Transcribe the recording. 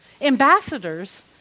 ambassadors